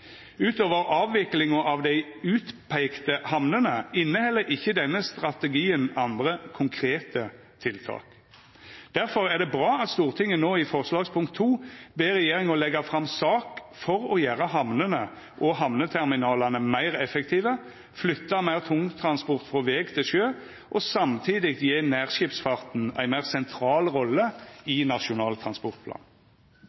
Utover avviklinga av dei utpeikte hamnene inneheld ikkje denne strategien andre konkrete tiltak. Difor er det bra at Stortinget no i forslag til vedtak II ber regjeringa leggja fram tiltak for å gjera hamnene og hamneterminalane meir effektive, flytta meir tungtransport frå veg til sjø og samtidig gje nærskipsfarten ei meir sentral rolle